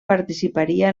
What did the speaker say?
participaria